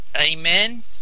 amen